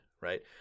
right